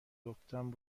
گفتم